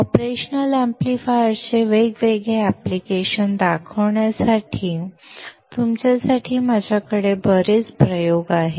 operational अॅम्प्लिफायर्सचे वेगवेगळे application दाखवण्यासाठी तुमच्यासाठी माझ्याकडे बरेच प्रयोग आहेत